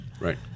Right